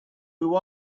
who